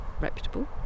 reputable